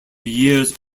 years